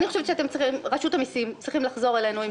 אני חושבת שרשות המסים צריכה לחזור אלינו עם